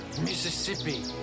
Mississippi